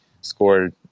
scored